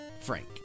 Frank